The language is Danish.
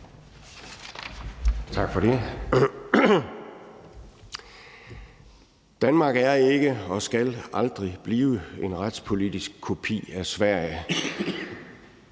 Tak for det. Danmark er ikke og skal aldrig blive en retspolitisk kopi af Sverige.